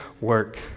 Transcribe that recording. work